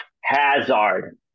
Hazard